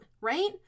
right